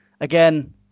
again